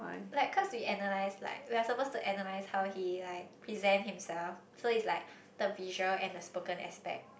like cause we analyse like we are suppose to analyse how he like present himself so is like the visual and the spoken aspect